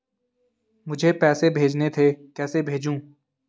मुझे पैसे भेजने थे कैसे भेजूँ?